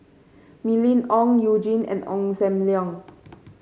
Mylene Ong You Jin and Ong Sam Leong